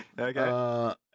Okay